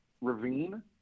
ravine